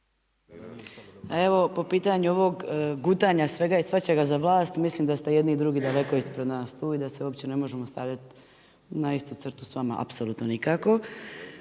Evo po pitanju ovog gutanja svega i svačega za vlast, mislim da ste i jedni i drugi daleko ispred nas tu i da se uopće ne možemo stavljat na istu crtu s vama apsolutno nikako.